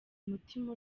umutima